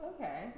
Okay